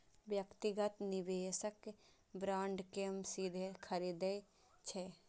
व्यक्तिगत निवेशक बांड कें सीधे खरीदै छै